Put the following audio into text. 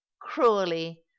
cruelly